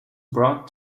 brought